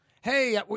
hey